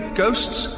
ghosts